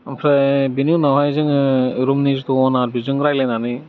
ओमफ्राय बिनि उनावहाय जोङो रुमनि जिथु अनार बेजों रायलायनानै